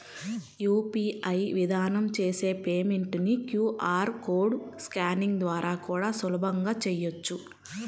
UPI విధానం చేసే payment ని క్యూ.ఆర్ కోడ్ స్కానింగ్ ద్వారా కూడా సులభంగా చెయ్యొచ్చు